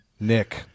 Nick